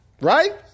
Right